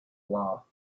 law